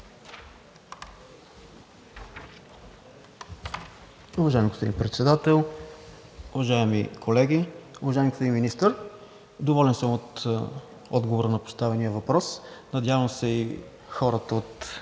уважаеми колеги, уважаеми господин Министър! Доволен съм от отговора на поставения въпрос. Надявам се хората от